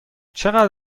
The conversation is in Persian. چقدر